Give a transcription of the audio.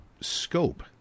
scope